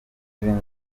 yavutse